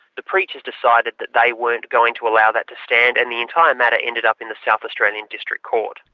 the preachers decided that they weren't going to allow that to stand and the entire matter ended up in the south australian district court.